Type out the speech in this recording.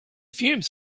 fumes